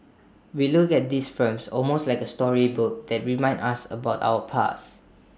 we look at these films almost like A storybooks that remind us about our past